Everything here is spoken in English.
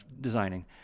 designing